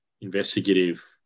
investigative